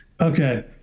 okay